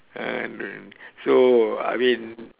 and so I mean